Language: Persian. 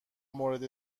مورد